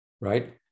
Right